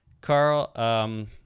Carl